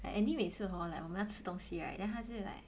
like Andy 每次 hor like 我们要吃东西 right then 他就 like